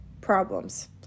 problems